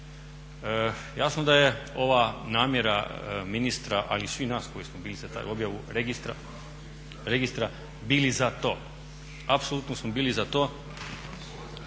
Jasno da je ova namjera ministra, a i svih nas koji smo bili za tu objavu registra bili za to, apsolutno smo bili za to.